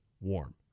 warm